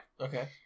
Okay